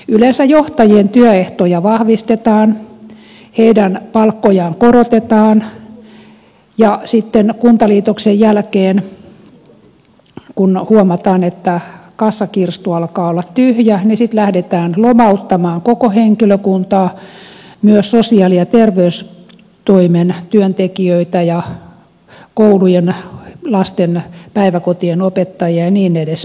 yleensä johtajien työehtoja vahvistetaan heidän palkkojaan korotetaan ja sitten kuntaliitoksen jälkeen kun huomataan että kassakirstu alkaa olla tyhjä lähdetään lomauttamaan koko henkilökuntaa myös sosiaali ja terveystoimen työntekijöitä ja koulujen lasten päiväkotien opettajia ja niin edelleen